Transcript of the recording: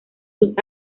sus